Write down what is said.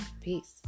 peace